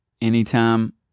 anytime